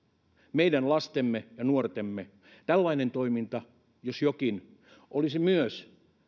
meidän lastemme ja nuortemme turvallisuuden nimissä tällainen toiminta jos jokin olisi myös